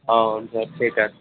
ఆ అవును సార్